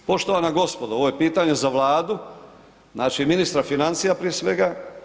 Poštovana gospodo ovo je pitanje za Vladu, znači ministra financija prije svega.